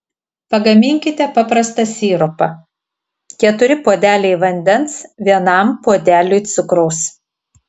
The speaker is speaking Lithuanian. pagaminkite paprastą sirupą keturi puodeliai vandens vienam puodeliui cukraus